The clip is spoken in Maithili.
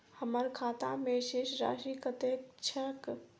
हम्मर खाता मे शेष राशि कतेक छैय?